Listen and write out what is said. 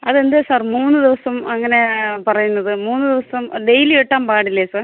അതെന്താ സാർ മൂന്ന് ദിവസം അങ്ങനേ പറയുന്നത് മൂന്ന് ദിവസം ഡെയിലി വെട്ടാന് പാടില്ലേ സാർ